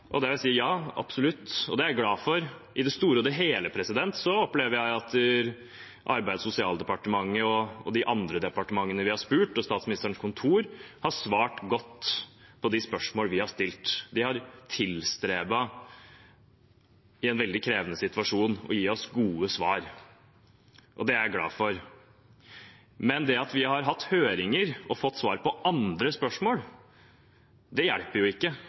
vil jeg si: Ja, absolutt, og det er jeg glad for. I det store og hele opplever jeg at Arbeids- og sosialdepartementet, de andre departementene vi har spurt, og statsministerens kontor har svart godt på de spørsmålene vi har stilt. De har i en veldig krevende situasjon tilstrebet å gi oss gode svar, og det er jeg glad for. Men det at vi har hatt høringer og fått svar på andre spørsmål, hjelper jo ikke